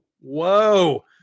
Whoa